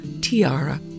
Tiara